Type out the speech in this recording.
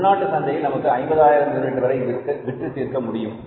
உள்நாட்டு சந்தையில் நமக்கு 50000 யூனிட் வரை விற்றுத் தீர்க்க முடியும்